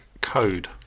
code